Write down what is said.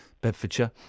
Bedfordshire